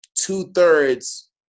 two-thirds